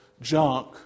junk